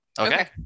Okay